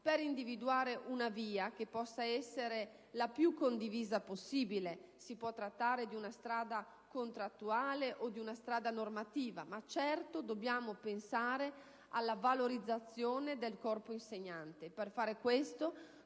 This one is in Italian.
per individuare una via che possa essere il più possibile condivisa: si può trattare di una strada contrattuale o normativa, ma certamente dobbiamo pensare alla valorizzazione del corpo insegnante.